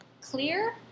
clear